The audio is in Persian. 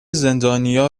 زندانیا